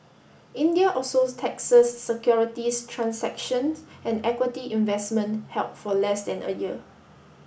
India also taxes securities transactions and equity investment held for less than a year